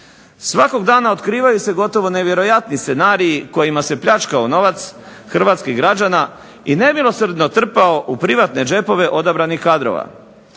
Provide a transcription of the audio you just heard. Svakog dana otkrivaju se gotovo nevjerojatni scenariji kojima se pljačkao novac hrvatskih građana i nemilosrdno trpao u privatne džepove odabranih kadrova.